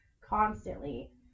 constantly